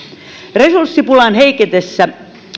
resurssipulan heikentäessä